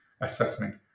assessment